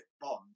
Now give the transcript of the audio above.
bond